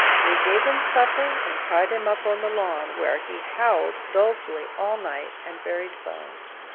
we gave him supper, and tied him up on the lawn, where he howled dolefully all night, and buried bones.